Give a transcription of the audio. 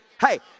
Hey